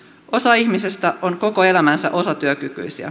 osa ihmisistä on koko elämänsä osatyökykyisiä